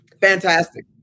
Fantastic